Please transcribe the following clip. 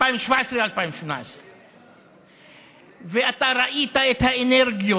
2018-2017. ואתה ראית את האנרגיות,